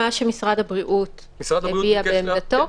מה שמשרד הבריאות הביע בעמדתו.